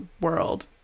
world